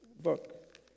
book